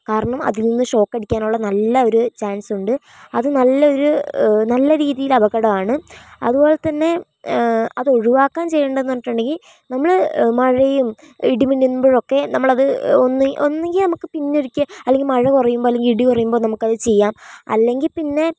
കാരണം അതിൽ നിന്ന് ഷോക്കടിക്കാനുള്ള നല്ല ഒര് ചാൻസുണ്ട് അത് നല്ലൊര് നല്ല രീതിയിലപകടമാണ് അതുപോലെതന്നെ അതൊഴിവാക്കാൻ ചെയ്യേണ്ടതെന്ന് പറഞ്ഞിട്ടുണ്ടെങ്കിൽ നമ്മള് മഴയും ഇടിമിന്നുമ്പോഴൊക്കെ നമ്മളത് ഒന്നുകിൽ നമ്മൾക്ക് പിന്നൊരിക്കൽ അല്ലെങ്കിൽ മഴ കുറയുമ്പോൾ അല്ലെങ്കിൽ ഇടി കുറയുമ്പോൾ നമുക്കത് ചെയ്യാം അല്ലെങ്കിൽ പിന്നെ